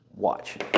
Watch